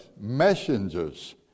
messengers